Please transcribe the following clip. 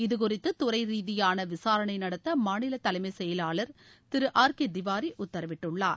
இது குறித்து துறை ரீதியான விசாரணை நடத்த அம்மாநில தலைமை செயலாளர் திரு ஆர் கே திவாரி உத்தரவிட்டுள்ளார்